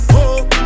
Hope